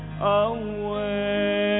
away